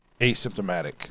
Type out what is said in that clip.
asymptomatic